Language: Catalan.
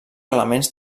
elements